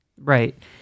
Right